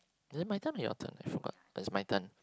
is it my turn or your turn I forgot is my turn